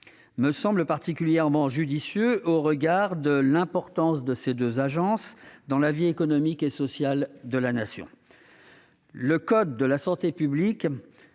me semblent particulièrement judicieux au regard de l'importance de ces deux agences dans la vie économique et sociale de la Nation. Le code de la santé publique